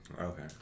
Okay